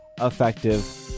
effective